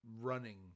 running